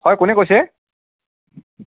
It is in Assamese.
হয় কোনে কৈছে